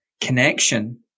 connection